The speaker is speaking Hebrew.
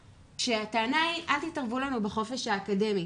כשהטענה היא 'אל תתערבו לנו בחופש האקדמי'.